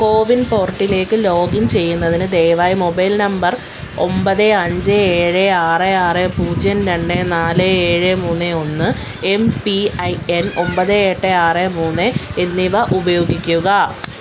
കോവിൻ പോർട്ടിലേക്ക് ലോഗിൻ ചെയ്യുന്നതിന് ദയവായി മൊബൈൽ നമ്പർ ഒമ്പത് അഞ്ച് ഏഴ് ആറ് ആറ് പൂജ്യം രണ്ട് നാല് ഏഴ് മൂന്ന് ഒന്ന് എം പീ ഐ എൻ ഒമ്പത് എട്ട് ആറ് മൂന്ന് എന്നിവ ഉപയോഗിക്കുക